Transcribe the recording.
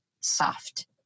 soft